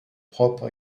propre